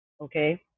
Okay